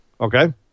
Okay